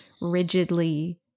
rigidly